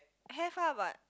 have ah but